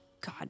God